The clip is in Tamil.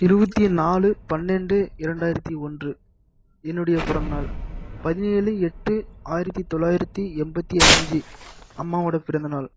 இருபத்தி நாலு பன்னெண்டு இரண்டாயிரத்தி ஒன்று என்னுடைய பிறந்த நாள் பதினேழு எட்டு ஆயிரத்தி தொள்ளாயிரத்தி எண்பத்தி அஞ்சு அம்மாவோட பிறந்த நாள்